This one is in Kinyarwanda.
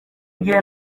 gihe